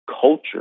culture